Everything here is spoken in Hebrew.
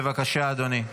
בבקשה, אדוני.